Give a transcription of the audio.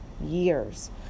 years